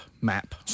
map